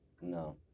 No